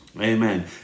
Amen